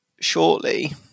shortly